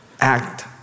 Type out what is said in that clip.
act